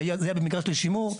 זה היה במקרה של שימור,